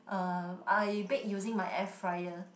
uh I bake using my air fryer